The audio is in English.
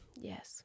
Yes